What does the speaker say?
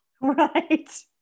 Right